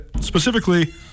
specifically